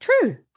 true